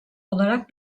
olarak